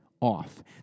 off